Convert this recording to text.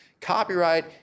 Copyright